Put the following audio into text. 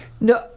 No